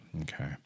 Okay